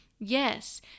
Yes